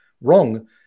wrong